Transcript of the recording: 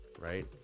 right